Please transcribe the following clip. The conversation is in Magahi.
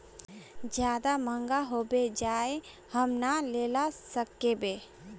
ज्यादा महंगा होबे जाए हम ना लेला सकेबे?